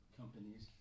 companies